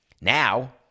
Now